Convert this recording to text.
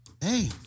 hey